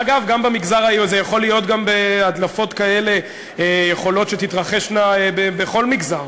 אגב, הדלפות כאלה יכולות להתרחש בכל מגזר,